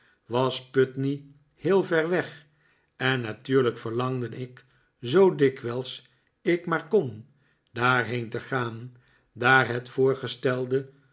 was putney heel ver weg en natuurlijk verlangde ik zoo dikwijls ik maar kon daarheen te gaan daar het